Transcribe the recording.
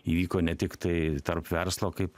įvyko ne tiktai tarp verslo kaip